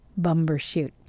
Bumbershoot